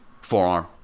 Forearm